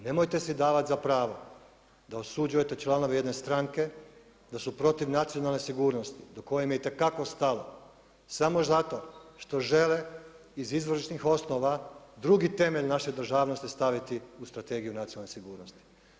Nemojte si davati za pravo da osuđujete članove jedne stranke, da su protiv nacionalne sigurnosti do kojim im je te kako stalo, samo zato što žele iz izvršnih osnova, drugi temelj naše državnosti staviti u strategiju nacionalne sigurnosti.